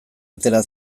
atera